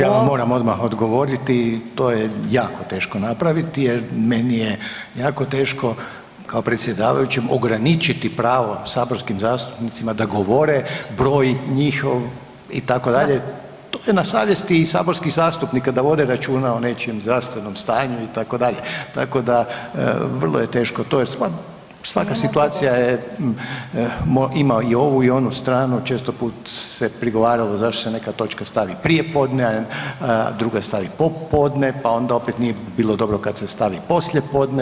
Naravno ja vam moram odmah odgovoriti, to je jako teško napraviti jer meni je jako teško kao predsjedavajućem ograničiti pravo saborskim zastupnicima da govore, broj njih itd., to je na savjesti i saborskih zastupnika da vode računa o nečijem zdravstvenom stanju itd., tako da vrlo je teško, to je, svaka situacija ima i ovu i onu stranu često puta se prigovaralo zašto se neka točka stavi prije podne, a druga stavi popodne, pa onda opet nije bilo dobro kad se stavi poslijepodne.